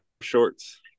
shorts